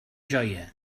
joia